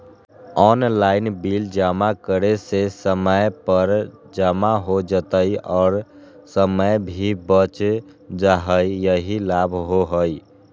Online bill जमा करे से समय पर जमा हो जतई और समय भी बच जाहई यही लाभ होहई?